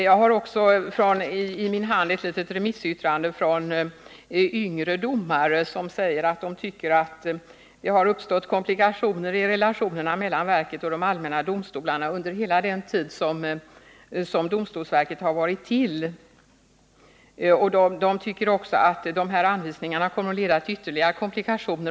Jag har här i min hand också ett remissyttrande från några yngre domare, som säger att de tycker att det har uppstått komplikationer i relationerna mellan verket och de allmänna domstolarna under hela den tid som domstolsverket har varit till, och de menar att de här anvisningarna kommer att leda till ytterligare komplikationer.